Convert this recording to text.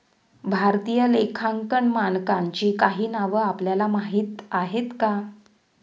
भारतीय लेखांकन मानकांची काही नावं आपल्याला माहीत आहेत का?